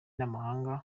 n’amahanga